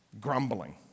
grumbling